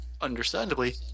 understandably